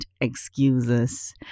excuses